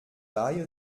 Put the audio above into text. laie